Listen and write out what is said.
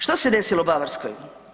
Što se desilo Bavarskoj?